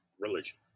religion